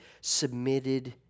submitted